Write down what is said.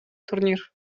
турнир